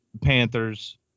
Panthers